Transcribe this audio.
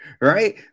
Right